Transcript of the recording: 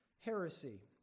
heresy